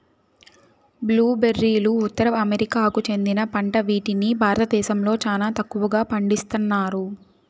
blue బెర్రీలు ఉత్తర అమెరికాకు చెందిన పంట వీటిని భారతదేశంలో చానా తక్కువగా పండిస్తన్నారు